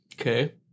Okay